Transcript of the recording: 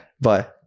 Bye